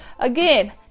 Again